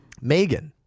Megan